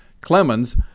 Clemens